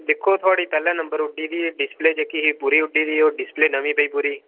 दिक्खो थुआड़ी पैह्ले नंबर उड्ढी दी ही डिस्प्ले जेह्की कि ओह् पूरी उड्डी दी ही डिस्प्ले नमीं पेई पूरी